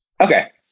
Okay